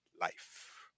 life